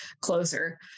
closer